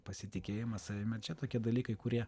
pasitikėjimas savimi čia tokie dalykai kurie